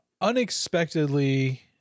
unexpectedly